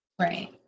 right